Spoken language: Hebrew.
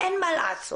אין מה לעשות.